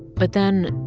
but then,